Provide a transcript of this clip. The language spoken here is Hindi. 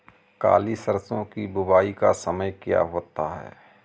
काली सरसो की बुवाई का समय क्या होता है?